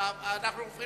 אנחנו עוברים